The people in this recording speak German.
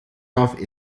darf